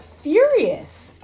furious